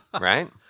Right